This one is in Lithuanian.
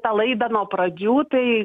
tą laidą nuo pradžių tai